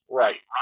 right